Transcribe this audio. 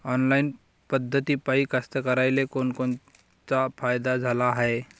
Online पद्धतीपायी कास्तकाराइले कोनकोनचा फायदा झाला हाये?